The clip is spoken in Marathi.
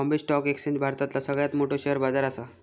बॉम्बे स्टॉक एक्सचेंज भारतातला सगळ्यात मोठो शेअर बाजार असा